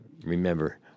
Remember